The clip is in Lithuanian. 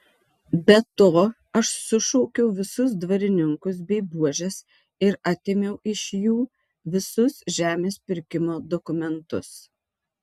be to aš sušaukiau visus dvarininkus bei buožes ir atėmiau iš jų visus žemės pirkimo dokumentus